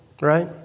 right